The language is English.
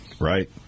Right